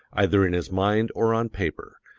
either in his mind or on paper,